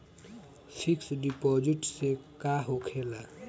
Fix deposit से का होखे ला?